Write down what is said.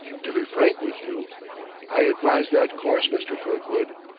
to be frank with you i advise that course, mr. kirkwood.